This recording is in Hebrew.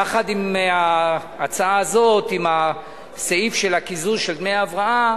יחד עם הצעה זאת, עם הסעיף של הקיזוז של דמי הבראה